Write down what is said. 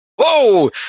Whoa